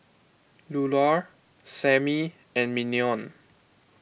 Lular Sammy and Mignon